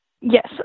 Yes